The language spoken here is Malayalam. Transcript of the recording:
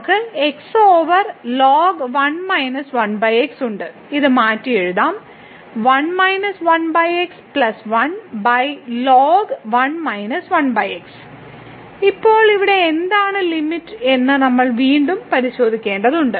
നമുക്ക് x ഓവർ ln 1 1x ഉണ്ട് ഇത് മാറ്റിയെഴുതാം ഇപ്പോൾ ഇവിടെ എന്താണ് ലിമിറ്റ് എന്ന് നമ്മൾ വീണ്ടും പരിശോധിക്കേണ്ടതുണ്ട്